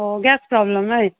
अऽ gas problem अछि